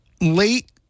late